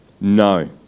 no